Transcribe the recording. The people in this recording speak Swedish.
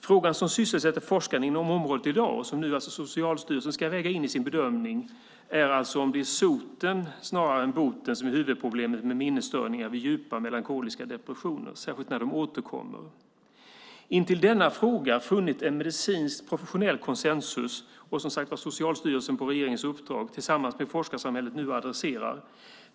Frågan som sysselsätter forskarna inom området i dag, och som Socialstyrelsen nu ska väga in i sin bedömning, är om det är soten snarare än boten som är huvudproblemet med minnesstörningar vid djupa melankoliska depressioner, särskilt när de återkommer. Man har i denna fråga funnit en medicinsk professionell konsensus som Socialstyrelsen på regeringens uppdrag tillsammans med forskarsamhället nu adresserar.